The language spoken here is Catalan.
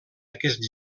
aquest